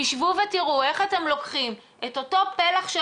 תשבו ותראו איך אתם לוקחים את אותו פלח של